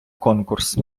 конкурс